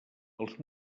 els